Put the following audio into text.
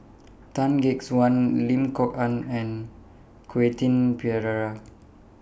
Tan Gek Suan Lim Kok Ann and Quentin Pereira